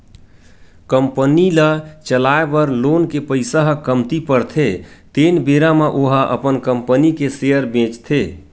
company ल चलाए बर लोन के पइसा ह कमती परथे तेन बेरा म ओहा अपन कंपनी के सेयर बेंचथे